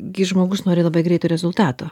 gi žmogus nori labai greito rezultato